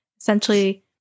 essentially –